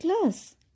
class